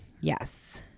Yes